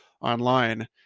online